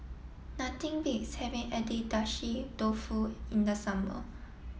nothing beats having Agedashi Dofu in the summer